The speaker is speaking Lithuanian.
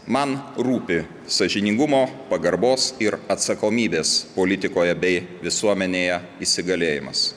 man rūpi sąžiningumo pagarbos ir atsakomybės politikoje bei visuomenėje įsigalėjimas